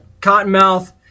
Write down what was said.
Cottonmouth